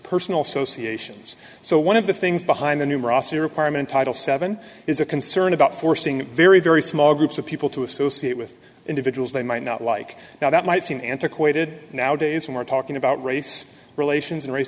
personal so cacs so one of the things behind the numerosity requirement title seven is a concern about forcing very very small groups of people to associate with individuals they might not like now that might seem antiquated now days when we're talking about race relations